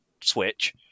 switch